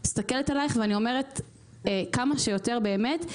אני מסתכלת אליך ואומרת: באמת כמה שיותר נהגות.